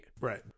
Right